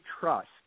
trust